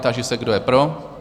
Táži se, kdo je pro?